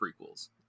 prequels